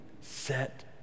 set